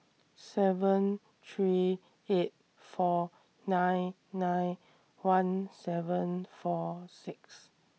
seven three eight four nine nine one seven four six